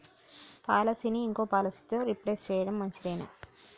పాలసీని ఇంకో పాలసీతో రీప్లేస్ చేయడం మంచిదేనా?